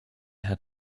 had